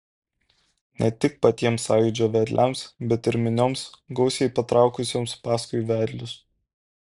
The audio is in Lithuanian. ne tik patiems sąjūdžio vedliams bet ir minioms gausiai patraukusioms paskui vedlius